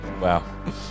Wow